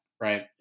right